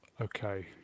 okay